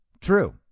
true